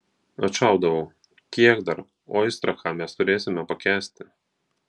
atšaudavau kiek dar oistrachą mes turėsime pakęsti